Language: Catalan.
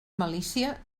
malícia